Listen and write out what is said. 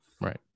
right